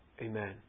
Amen